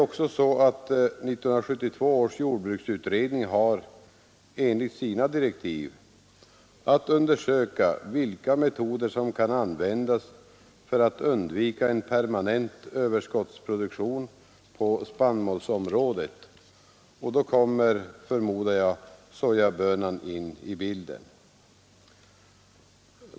1972 års jordbruksutredning har emellertid enligt sina direktiv att undersöka vilka metoder som kan användas för att undvika en permanent överskottsproduktion på spannmålsområdet och då kommer, förmodar jag, sojabönan in i bilden.